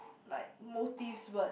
like motives but